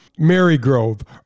Marygrove